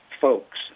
folks